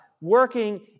working